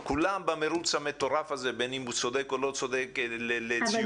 כולם במרוץ המטורף הזה בין אם הוא צודק או לא צודק לציונים.